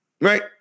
Right